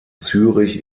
zürich